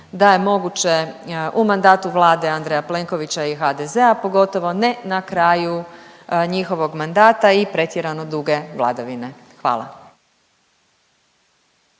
da je moguće u mandatu Vlade Andreja Plenkovića i HDZ-a, pogotovo ne na kraju njihovog mandata i pretjerano duge vladavine. Hvala.